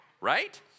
right